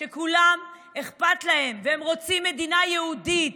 שכולם, אכפת להם, והם רוצים מדינה יהודית.